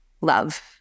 love